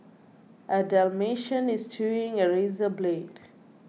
a dalmatian is chewing a razor blade